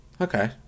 Okay